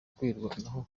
kwirwanaho